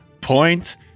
point